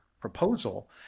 proposal